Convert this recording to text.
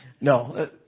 No